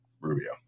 Rubio